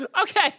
Okay